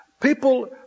People